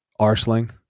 Arsling